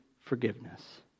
forgiveness